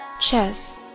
chess